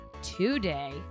Today